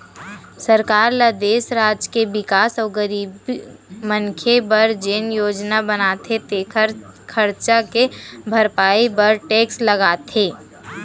सरकार ल देस, राज के बिकास अउ गरीब मनखे बर जेन योजना बनाथे तेखर खरचा के भरपाई बर टेक्स लगाथे